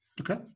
Okay